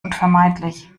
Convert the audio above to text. unvermeidlich